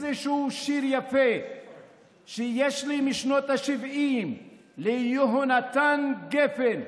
איזשהו שיר יפה שיש לי משנות השבעים של יהונתן גפן,